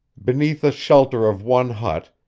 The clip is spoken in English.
beneath the shelter of one hut,